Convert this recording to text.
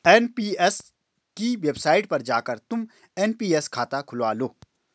NPS की website पर जाकर तुम एन.पी.एस खाता खुलवा लो